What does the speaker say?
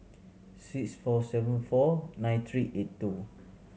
six four seven four nine three eight two